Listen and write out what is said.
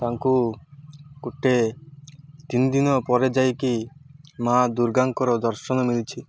ତାଙ୍କୁ ଗୋଟିଏ ତିନି ଦିନ ପରେ ଯାଇକି ମା ଦୁର୍ଗାଙ୍କର ଦର୍ଶନ ମିିଳିଛି